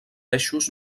eixos